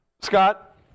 Scott